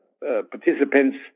participants